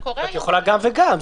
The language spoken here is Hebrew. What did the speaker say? את יכולה גם וגם,